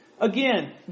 again